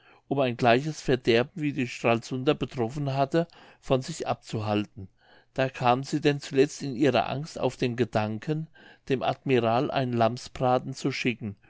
um ein gleiches verderben wie die stralsunder betroffen hatte von sich abzuhalten da kamen sie denn zuletzt in ihrer angst auf den gedanken dem admiral einen lammsbraten zu schicken